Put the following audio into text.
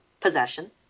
possession